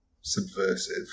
subversive